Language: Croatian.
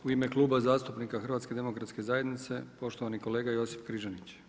U ime Kluba zastupnika HDZ-a poštovani kolega Josip Križanić.